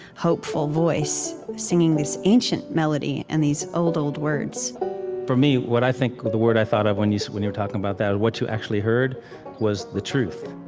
hopeful voice singing this ancient melody and these old, old words for me, what i think the word i thought of when you when you were talking about that what you actually heard was the truth.